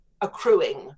accruing